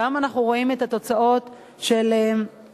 היום אנחנו רואים את התוצאות של הלמ"ס,